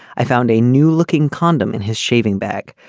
i found a new looking condom in his shaving back.